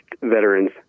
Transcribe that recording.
veterans